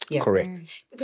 Correct